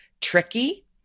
tricky